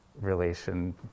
relation